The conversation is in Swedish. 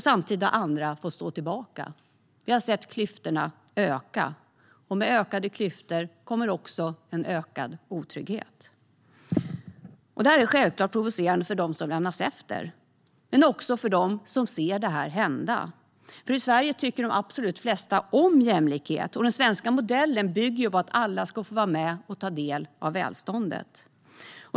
Samtidigt har andra fått stå tillbaka. Vi har sett klyftorna öka, och med ökade klyftor kommer en ökad otrygghet. Detta är självklart provocerande för dem som lämnas efter men också för dem som ser det hända. I Sverige tycker de absolut flesta om jämlikhet, och den svenska modellen bygger på att alla ska få ta del av välståndet.